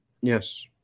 Yes